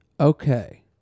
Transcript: Okay